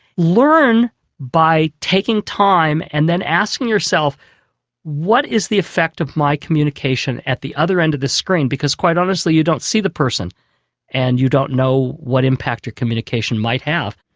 learn by taking time and then asking yourself what is the effect of my communication at the other end of the screen because quite honestly you don't see the person and you don't know what impact your communication might have.